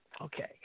Okay